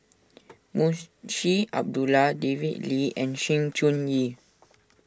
Munshi Abdullah David Lee and Sng Choon Yee